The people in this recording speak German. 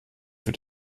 für